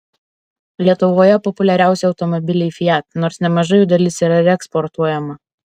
lietuvoje populiariausi automobiliai fiat nors nemaža jų dalis yra reeksportuojama